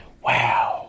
Wow